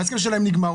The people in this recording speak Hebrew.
ההסכם שלהם נגמר,